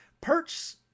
Perch